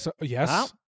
Yes